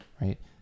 Right